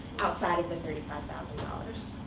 outside of the thirty five thousand dollars.